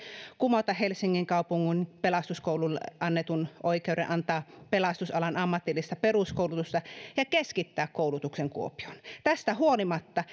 kumota helsingin kaupungin pelastuskoululle annetun oikeuden antaa pelastusalan ammatillista peruskoulutusta ja keskittää koulutuksen kuopioon tästä huolimatta